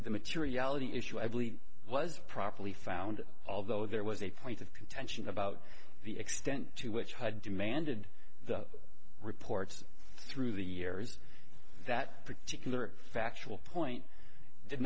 the materiality issue i believe was properly found although there was a point of contention about the extent to which had demanded the reports through the years that particular factual point did